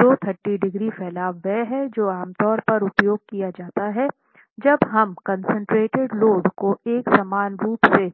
तो 30 डिग्री फैलाव वह है जो आमतौर पर उपयोग किया जाता है जब हम कंसन्ट्रेटेड लोड को एक समान रूप से